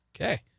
Okay